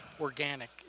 organic